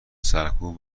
سرکوب